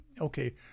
okay